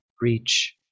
reach